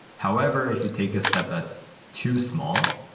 however, if you take a step that's too small,